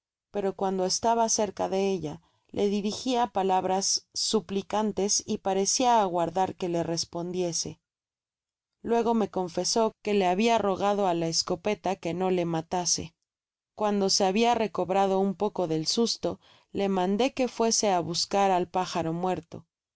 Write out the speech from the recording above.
pero cuando estaba cerca de ella le dirigia palabras suplicantes y parecia aguardar que le respondiese luego me confesó que le habia rogado á la escopeta que no le matase cuando se habia recobrado un poco del susto le mandó que fuese á buscar el pájaro muerto obedeció mas